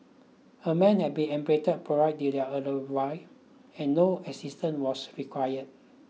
a man had been apprehended prior to their arrival and no assistance was required